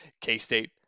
K-State